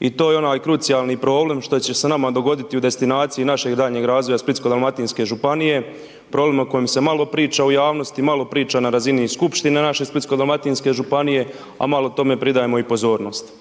i to je onaj krucijalni problem što će se nama dogoditi u destinaciji našeg daljnjeg razvoja Splitsko-dalmatinske županije, problem o kojem se malo priča u javnosti, malo priča na razini i Skupštine naše Splitsko-dalmatinske županije, a malo tome i pridajemo pozornost.